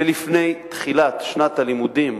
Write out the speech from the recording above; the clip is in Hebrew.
שלפני תחילת שנת הלימודים